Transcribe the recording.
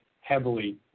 heavily